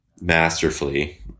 masterfully